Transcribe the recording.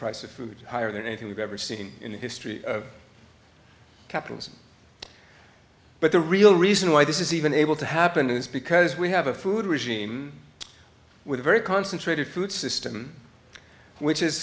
price of food higher than anything we've ever seen in the history of capitalism but the real reason why this is even able to happen is because we have a food regime with a very concentrated food system which is